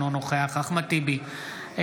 אינו נוכח אחמד טיבי,